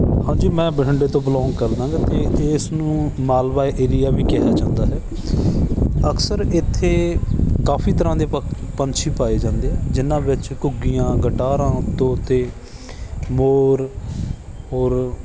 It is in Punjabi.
ਹਾਂਜੀ ਮੈਂ ਬਠਿੰਡੇ ਤੋਂ ਬਿਲੋਂਗ ਕਰਦਾ ਗਾ ਅਤੇ ਇਸ ਨੂੰ ਮਾਲਵਾ ਏਰੀਆ ਵੀ ਕਿਹਾ ਜਾਂਦਾ ਹੈ ਅਕਸਰ ਇੱਥੇ ਕਾਫੀ ਤਰ੍ਹਾਂ ਦੇ ਪਕ ਪੰਛੀ ਪਾਏ ਜਾਂਦੇ ਆ ਜਿਨ੍ਹਾਂ ਵਿੱਚ ਘੁੱਗੀਆਂ ਗਟਾਰਾਂ ਤੋਤੇ ਮੋਰ ਔਰ